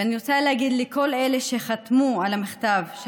ואני רוצה להגיד לכל אלה שחתמו על המכתב של